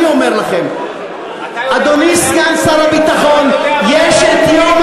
אני אומר לכם, אתה יודע מה